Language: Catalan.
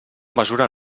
mesura